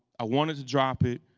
i wanted to drop it,